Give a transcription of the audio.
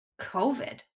COVID